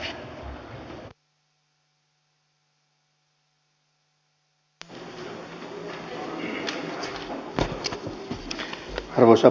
arvoisa puhemies